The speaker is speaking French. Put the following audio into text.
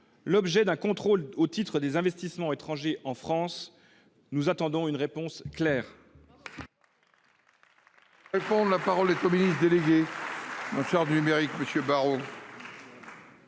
l’objet d’un contrôle au titre des investissements étrangers en France ? Nous attendons une réponse claire.